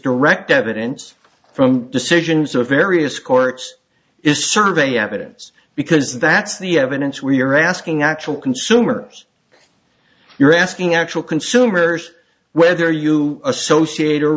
direct evidence from decisions of various courts is survey evidence because that's the evidence we're asking actual consumers you're asking actual consumers whether you associate or